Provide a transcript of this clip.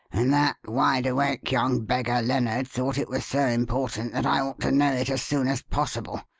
and that wideawake young beggar, lennard, thought it was so important that i ought to know it as soon as possible,